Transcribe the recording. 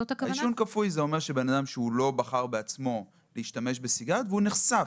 עישון כפוי זה אומר שבן אדם שלא בחר בעצמו להשתמש בסיגריות נחשף.